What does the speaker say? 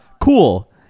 cool